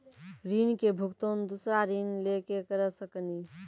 ऋण के भुगतान दूसरा ऋण लेके करऽ सकनी?